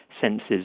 senses